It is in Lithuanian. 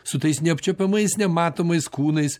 su tais neapčiuopiamais nematomais kūnais